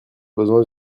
besoin